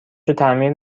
تعمیر